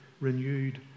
renewed